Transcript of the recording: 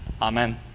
Amen